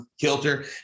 kilter